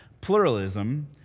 Pluralism